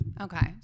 Okay